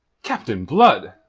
captain blood,